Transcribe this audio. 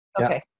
Okay